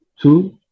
two